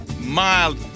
mild